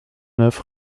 neuf